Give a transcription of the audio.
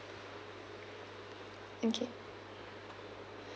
okay